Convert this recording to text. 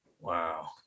Wow